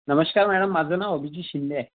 नमस्कार मॅडम माझं नाव अभिजीत शिंदे आहे